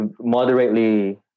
moderately